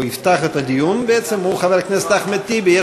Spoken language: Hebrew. או יפתח את הדיון בעצם, הוא חבר הכנסת אחמד טיבי.